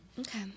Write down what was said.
okay